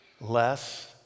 less